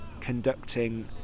conducting